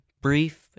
brief